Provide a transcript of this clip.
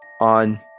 on